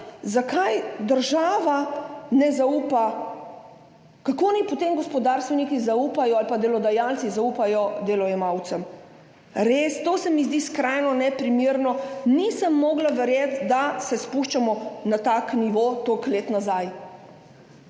zakaj država ne zaupa. Kako naj potem gospodarstveniki ali pa delodajalci zaupajo delojemalcem? Res, to se mi zdi skrajno neprimerno, nisem mogla verjeti, da se spuščamo na tak nivo, toliko let nazaj.